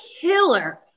killer